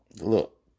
look